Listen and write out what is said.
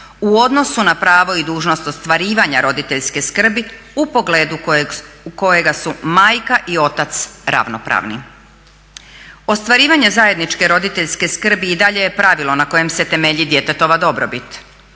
u odnosu na pravo i dužnost ostvarivanja roditeljske skrbi u pogledu kojega su majka i otac ravnopravni. Ostvarivanje zajedničke roditeljske skrbi i dalje je pravilo na kojem se temelji djetetova dobrobit